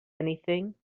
anything